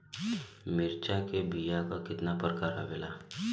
मिर्चा के बीया क कितना प्रकार आवेला?